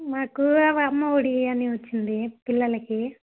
మాకు అమ్మఒడి అని వచ్చింది పిల్లలకి